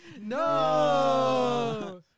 No